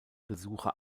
besucher